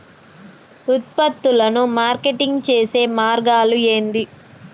ఉత్పత్తులను మార్కెటింగ్ చేసే మార్గాలు ఏంది?